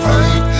Fight